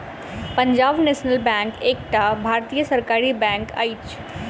Punjab National Bank एकटा भारतीय सरकारी बैंक अछि